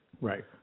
right